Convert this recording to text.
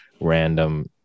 random